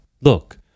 Look